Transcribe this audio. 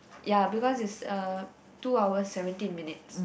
ya because is uh two hours seventeen minutes